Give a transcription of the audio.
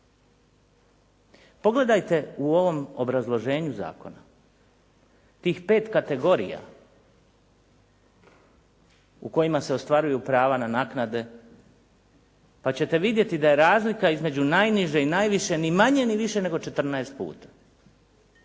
Pogledajte u ovom obrazloženju zakona tih pet kategorija u kojima se ostvaruju prava na naknade pa ćete vidjeti da je razlika između najniže i najviše ni manje ni više nego 14 puta.